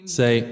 say